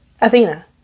Athena